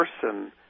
person